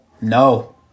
No